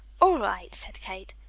all right, said kate.